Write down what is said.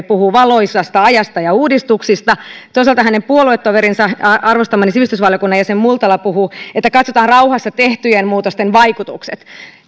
puhuu valoisasta ajasta ja uudistuksista ja toisaalta hänen puoluetoverinsa arvostamani sivistysvaliokunnan jäsen multala puhuu että katsotaan rauhassa tehtyjen muutosten vaikutukset